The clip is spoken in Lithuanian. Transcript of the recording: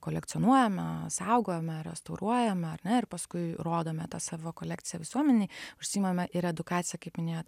kolekcionuojame saugojome restauruojame ar ne ir paskui rodome tą savo kolekciją visuomenei užsiimame ir edukacija kaip minėjot